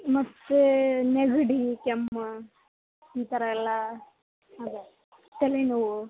ಮತ್ತು ನೆಗಡಿ ಕೆಮ್ಮು ಈ ಥರ ಎಲ್ಲ ಆಗಾದು ತಲೆನೋವು